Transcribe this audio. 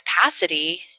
capacity